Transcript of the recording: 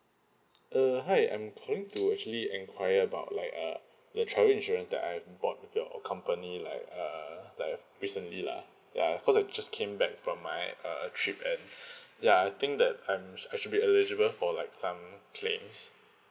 err hi I'm calling to actually enquiry about like uh the travel insurance that I bought of your company like uh like uh recently lah ya because I just came back from my uh a trip and ya I think that I'm I should be eligible for like some claims